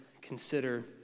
consider